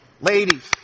Ladies